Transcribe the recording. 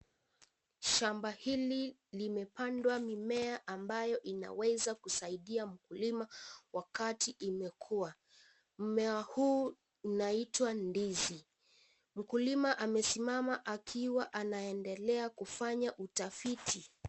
Shamba hili limepandwa mimea ambayo inaweza kusaidia mkulima wakati imekua. Mmea huu unaitwa ndizi. Mkulima amesimama akiwa anaendelea kufanya utafiti.